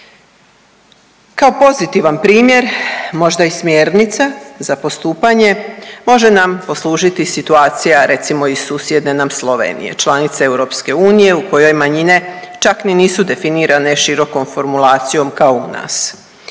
Kao pozitivan primjer možda i smjernica za postupanje može nam poslužiti situacija recimo iz susjedne nam Slovenije, članice Europske unije u kojoj manjine čak ni nisu definirane širokom formulacijom kao u nas.